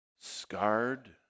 scarred